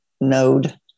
node